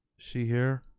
she here?